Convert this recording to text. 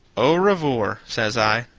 o revoor, says i.